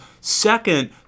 Second